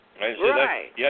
Right